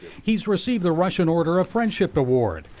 he has received the russian order of friendship award,